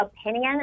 opinion